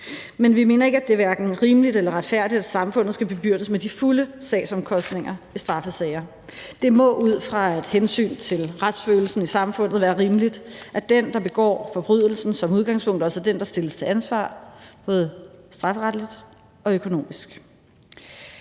Men vi mener ikke, at det er hverken rimeligt eller retfærdigt, at samfundet skal bebyrdes med de fulde sagsomkostninger i straffesager. Det må ud fra et hensyn til retsfølelsen i samfundet være rimeligt, at den, der begår forbrydelsen, som udgangspunkt også er den, der stilles til ansvar både strafferetligt og økonomisk.